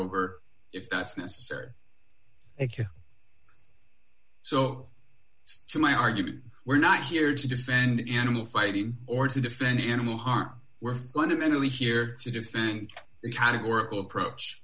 over if that's necessary so to my argument we're not here to defend animal fighting or to defend animal harm we're fundamentally here to defend the categorical approach